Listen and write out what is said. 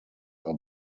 are